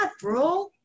bro